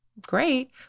great